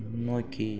முன்னோக்கி